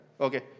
Okay